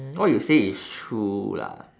mm what you say is true lah